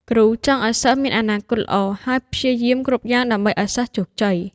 គ្រូចង់ឱ្យសិស្សមានអនាគតល្អ ហើយព្យាយាមគ្រប់យ៉ាងដើម្បីឱ្យសិស្សជោគជ័យ។